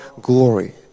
glory